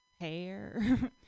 hair